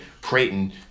Creighton